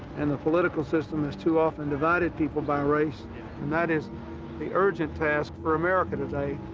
and the political system has too often divided people by race and that is the urgent task for america today.